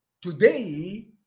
today